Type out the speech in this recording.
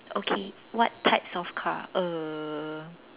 okay what types of car uh